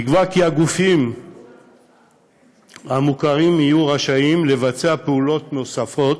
נקבע כי הגופים המוכרים יהיו רשאים לבצע פעולות נוספות,